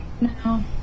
No